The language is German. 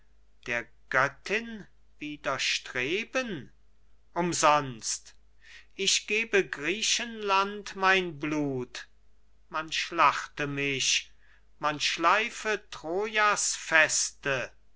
der göttin widerstreben umsonst ich gebe griechenland mein blut man schlachte mich man schleife troja's feste